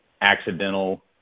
accidental